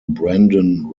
brendan